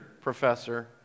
professor